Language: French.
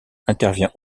intervient